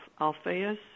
Alphaeus